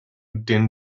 din